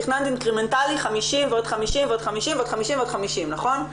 תיכננת אינקרימנטלי 50 ועוד 50 ועוד 50 ועוד 50 ועוד 50. נכון?